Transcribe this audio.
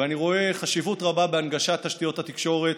ואני רואה חשיבות רבה בהנגשת תשתיות התקשורת